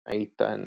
עיטן,